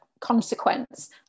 consequence